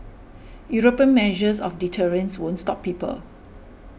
European measures of deterrence won't stop people